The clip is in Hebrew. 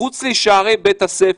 מחוץ לשערי בית ספר.